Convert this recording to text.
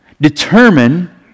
determine